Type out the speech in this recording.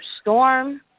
storm